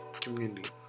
Community